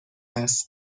است